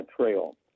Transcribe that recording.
trail